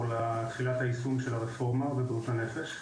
לתחילת היישום של הרפורמה בבריאות הנפש,